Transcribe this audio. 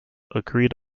agreed